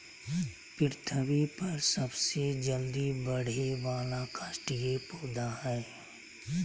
पृथ्वी पर सबसे जल्दी बढ़े वाला काष्ठिय पौधा हइ